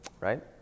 right